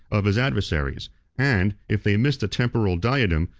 of his adversaries and, if they missed a temporal diadem,